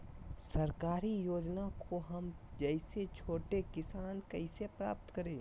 सरकारी योजना को हम जैसे छोटे किसान कैसे प्राप्त करें?